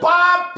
Bob